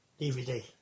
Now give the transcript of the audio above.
DVD